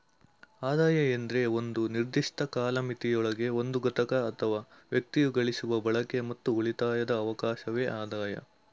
ಆದಾಯ ಎಂದ್ರೆ ಒಂದು ನಿರ್ದಿಷ್ಟ ಕಾಲಮಿತಿಯೊಳಗೆ ಒಂದು ಘಟಕ ಅಥವಾ ವ್ಯಕ್ತಿಯು ಗಳಿಸುವ ಬಳಕೆ ಮತ್ತು ಉಳಿತಾಯದ ಅವಕಾಶವೆ ಆದಾಯ